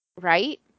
Right